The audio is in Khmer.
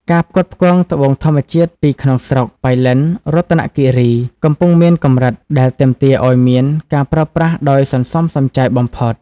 ការផ្គត់ផ្គង់ត្បូងធម្មជាតិពីក្នុងស្រុក (ប៉ៃលិន រតនគិរី) កំពុងមានកម្រិត ដែលទាមទារឱ្យមានការប្រើប្រាស់ដោយសន្សំសំចៃបំផុត។